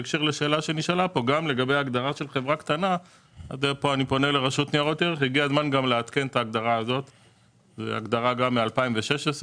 חברה קטנה, שזו הגדרה מ-2016,